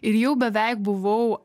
ir jau beveik buvau